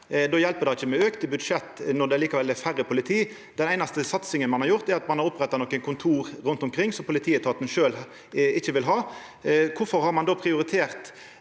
Det hjelper ikkje med auka budsjett når det likevel er færre politi. Den einaste satsinga ein har gjort, er at ein har oppretta nokre kontor rundt omkring, som politietaten sjølv ikkje vil ha. Kvifor har ein prioritert